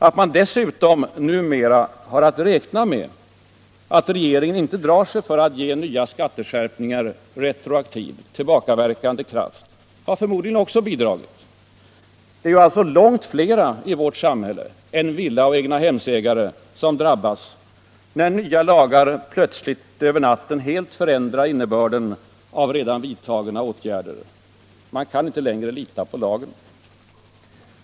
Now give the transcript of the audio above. Att man dessutom numera utgår ifrån att regeringen inte drar sig för att ge nya skatteskärpningar retroaktiv — tillbakaverkande — kraft har förmodligen också bidragit. Det är alltså långt flera i vårt samhälle än villa och egnahemsägare som drabbas, när nya lagar plötsligt över natten helt förändrar innebörden av redan vidtagna åtgärder. Man kan inte längre lita på lagen.